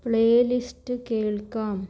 play list കേൾക്കാം